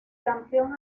campeón